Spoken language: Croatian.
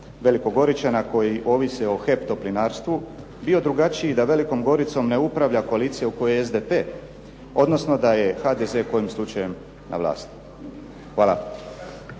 Veliko Goričana koji ovise o HEP Toplinarstvu bio drugačiji da Velikom Goricom ne upravlja koalicija u kojoj je SDP, odnosno da je HDZ kojim slučajem na vlasti? Hvala.